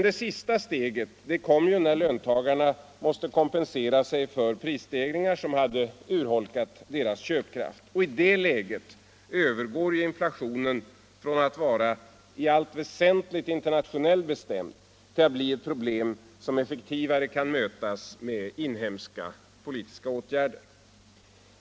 Det sista steget kom när löntagarna måste kompensera sig för prisstegringar som hade urholkat deras köpkraft. I det läget övergår inflationen från att vara i allt väsentligt internationellt bestämd till att bli ett problem som effektivare kan mötas med inhemska politiska åtgärder.